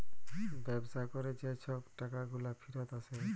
ব্যবসা ক্যরে যে ছব টাকাগুলা ফিরত আসে